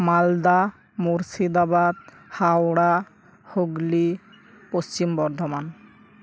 Malda Murshidabad Howrah Hooghly Paschim Bardhaman